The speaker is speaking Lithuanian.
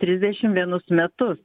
trisdešim vienus metus